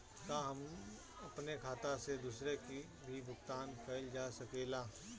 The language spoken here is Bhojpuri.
का अपने खाता से दूसरे के भी भुगतान कइल जा सके ला?